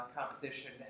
competition